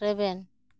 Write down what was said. ᱨᱮᱵᱮᱱ